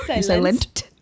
Silent